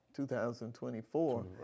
2024